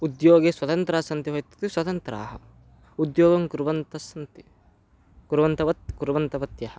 उद्योगे स्वतन्त्राः सन्ति वा इत्युक्ते स्वतन्त्राः उद्योगं कुर्वन्तः सन्ति कुर्वन्ति कुर्वन्तवत्यः